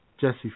Jesse